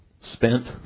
spent